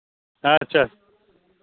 ᱟᱪᱪᱷᱟ